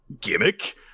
gimmick